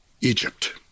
Egypt